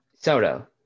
Soto